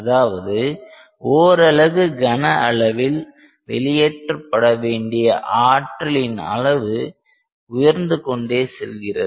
அதாவது ஓரலகு கன அளவில் வெளியேற்றப்பட வேண்டிய ஆற்றலின் அளவு உயர்ந்து கொண்டே செல்கிறது